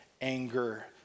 anger